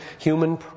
human